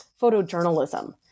photojournalism